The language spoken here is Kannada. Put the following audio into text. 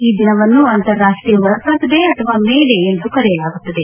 ಈ ದಿನವನ್ನು ಅಂತಾರಾಷ್ಷೀಯ ವರ್ಕರ್ಸ್ ಡೇ ಅಥವಾ ಮೇ ಡೇ ಎಂದು ಕರೆಯಲಾಗುತ್ತದೆ